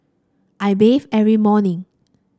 I bathe every morning